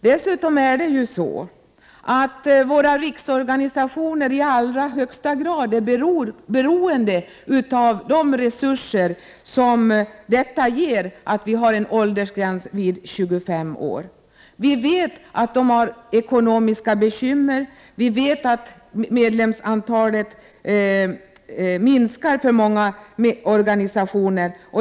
Dessutom är våra riksorganisationer i allra högsta grad beroende av de resurser detta ger, att vi har en åldersgräns vid 25 år. Vi vet att de har ekonomiska bekymmer. Vi vet att medlemsantalet minskar för många organisationer.